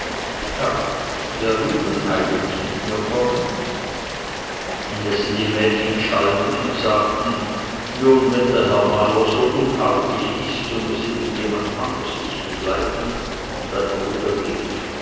wer will nun eigentlich mit mir kommen indessen die mädchen schalten und sagten nun wenn der herr maler so unartig ist so muß eben jemand anders dich begleiten und ein bruder rief